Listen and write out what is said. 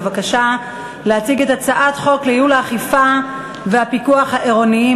בבקשה להציג את הצעת חוק לייעול האכיפה והפיקוח העירוניים